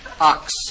ox